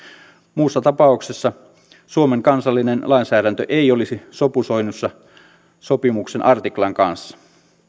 muussa tapauksessa suomen kansallinen lainsäädäntö ei olisi sopusoinnussa sopimuksen artiklan kanssa